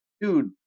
Dude